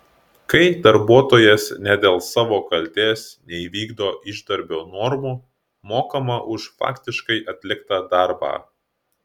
kai darbuotojas ne dėl savo kaltės neįvykdo išdirbio normų mokama už faktiškai atliktą darbą